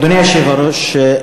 אדוני היושב-ראש,